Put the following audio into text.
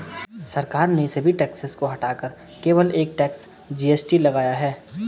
सरकार ने सभी टैक्सेस को हटाकर केवल एक टैक्स, जी.एस.टी लगाया है